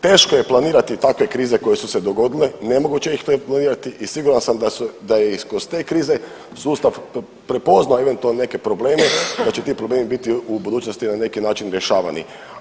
Teško je planirati takve krize koje su se dogodile, nemoguće ih je planirati i siguran sam da je i kroz te krize sustav prepoznao eventualno neke probleme, da će ti problemi biti u budućnosti na neki način rješavani.